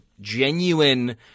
genuine –